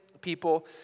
people